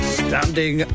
standing